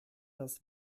das